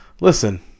Listen